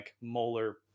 molar